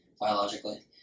biologically